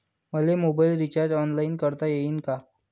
मले mobile recharge online करता येईन का?